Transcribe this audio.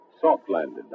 soft-landed